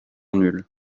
nul